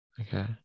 okay